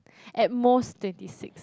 at most twenty six